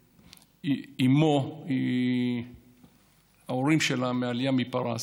שאימו, ההורים שלה מהעלייה מפרס,